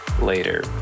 later